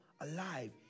alive